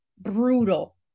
brutal